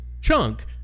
chunk